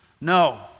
No